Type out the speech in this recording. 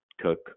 cook